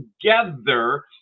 together